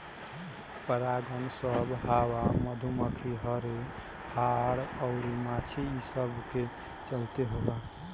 परागन सभ हवा, मधुमखी, हर्रे, हाड़ अउर माछी ई सब के चलते होला